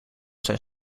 zijn